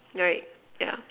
right yeah